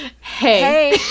hey